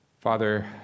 Father